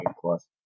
plus